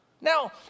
Now